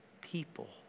people